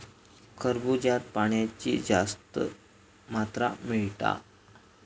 खरबूज्यात पाण्याची जास्त मात्रा मिळता